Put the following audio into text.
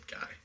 guy